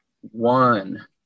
one